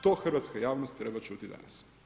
To hrvatska javnost treba čuti danas.